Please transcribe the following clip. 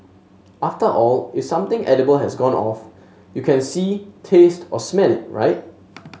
after all if something edible has gone off you can see taste or smell it right